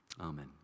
amen